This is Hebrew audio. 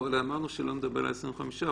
אבל אמרנו שלא נדבר על ה-25%,